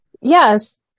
yes